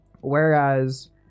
Whereas